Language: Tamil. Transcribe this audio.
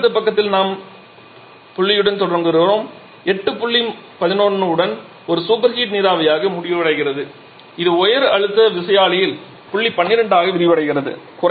உயர் அழுத்த பக்கத்தில் நாம் புள்ளியுடன் தொடங்குகிறோம் 8 புள்ளி 11 உடன் ஒரு சூப்பர் ஹீட் நீராவியாக முடிவடைகிறது இது உயர் அழுத்த விசையாழியில் புள்ளி 12 ஆக விரிவடைகிறது